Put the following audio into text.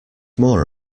more